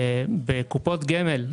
בקופות גמל,